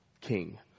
king